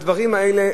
הדברים האלה,